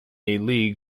league